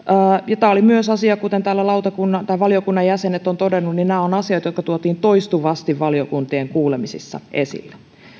nämä olivat myös niitä asioita kuten täällä valiokunnan jäsenet ovat todenneet jotka tuotiin toistuvasti valiokuntien kuulemisissa esille